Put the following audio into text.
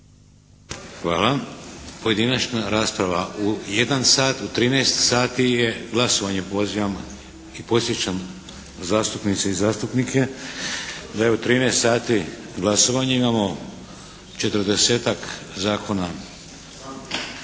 Hvala. Pojedinačna rasprava u 13,00 sati je glasovanje, pozivam i podsjećam zastupnice i zastupnike da je u 13,00 sati glasovanje. Imamo 40-tak zakona